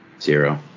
Zero